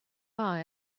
are